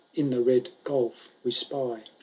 in the red gulf we spy.